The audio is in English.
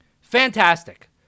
Fantastic